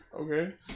Okay